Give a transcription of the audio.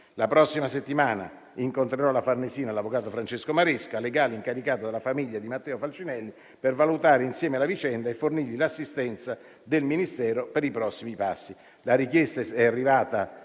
La prossima settimana incontrerò alla Farnesina l'avvocato Francesco Maresca, legale incaricato dalla famiglia di Matteo Falcinelli, per valutare insieme la vicenda e fornirgli l'assistenza del Ministero per i prossimi passi.